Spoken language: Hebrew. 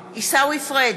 פריג'